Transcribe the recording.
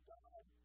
God